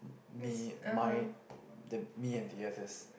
me my the me and the others